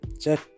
check